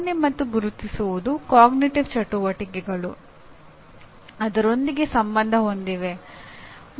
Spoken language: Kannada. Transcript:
ಭಾವನೆ ಮತ್ತು ಗುರುತಿಸುವುದು ಅರಿವಿನ ಚಟುವಟಿಕೆಗಳು ಅದರೊಂದಿಗೆ ಸಂಬಂಧ ಹೊಂದಿವೆ